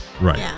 right